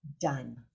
done